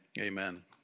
Amen